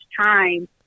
time